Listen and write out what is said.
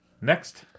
Next